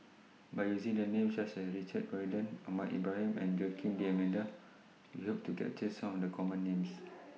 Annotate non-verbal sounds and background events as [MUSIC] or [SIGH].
By using Names such as Richard Corridon Ahmad Ibrahim and Joaquim D'almeida We Hope to capture Some of The Common Names [NOISE]